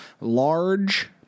large